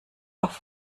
auf